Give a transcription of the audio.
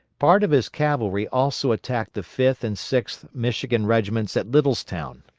part of his cavalry also attacked the fifth and sixth michigan regiments at littlestown,